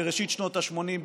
בראשית שנות השמונים,